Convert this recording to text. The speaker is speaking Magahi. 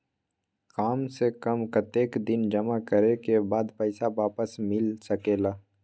काम से कम कतेक दिन जमा करें के बाद पैसा वापस मिल सकेला?